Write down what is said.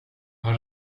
har